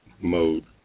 mode